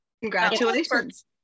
congratulations